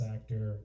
Actor